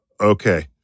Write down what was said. okay